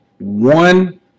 one